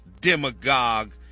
demagogue